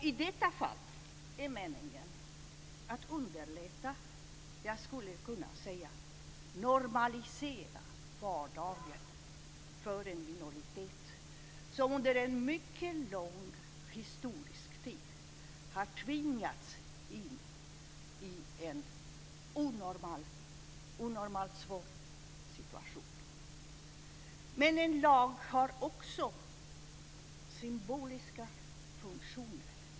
I detta fall är det meningen att underlätta - ja, jag skulle kunna säga normalisera - vardagen för en minoritet som historiskt under mycket lång tid har tvingats in i en onormalt svår situation. Men en lag har också symboliska funktioner.